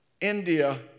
India